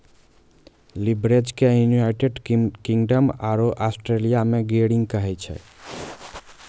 leverage के United Kingdom आरो Australia मे गियरिंग कहै छै